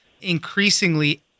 increasingly